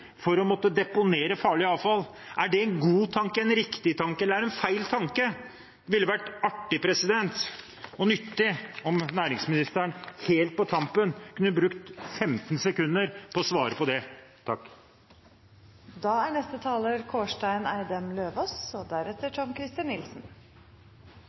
for å måtte deponere farlig avfall ute i industrien – er det en god tanke, en riktig tanke, eller er det en feil tanke? Det ville vært artig og nyttig om næringsministeren helt på tampen kunne brukt 15 sekunder på å svare på det.